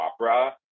opera